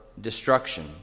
destruction